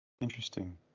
interesting